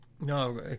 No